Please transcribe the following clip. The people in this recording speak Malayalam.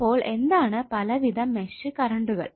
അപ്പോൾ എന്താണ് പലവിധ മെഷ് കറണ്ടുകൾ